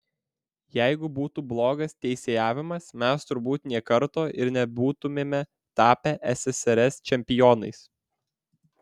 jeigu būtų blogas teisėjavimas mes turbūt nė karto ir nebūtumėme tapę ssrs čempionais